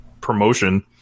promotion